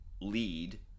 lead